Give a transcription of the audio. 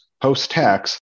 post-tax